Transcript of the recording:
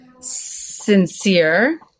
sincere